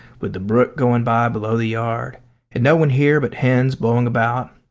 with the brook going by below the yard, and no one here but hens blowing about.